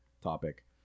topic